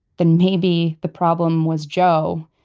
then maybe the problem was joe,